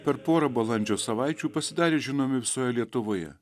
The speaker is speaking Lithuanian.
per pora balandžio savaičių pasidarė žinomi visoje lietuvoje